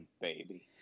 baby